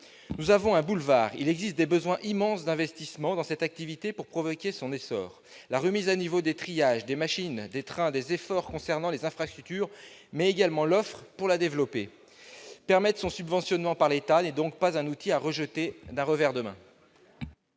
Nous avons un boulevard. Il existe des besoins immenses d'investissement dans cette activité pour provoquer son essor : la remise à niveau des triages, des machines, des trains, des efforts concernant les infrastructures, mais également l'offre pour la développer. Permettre son subventionnement par l'État n'est donc pas une solution à rejeter d'un revers de main.